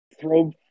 Throw